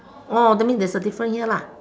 orh that mean there's a difference here lah